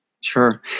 Sure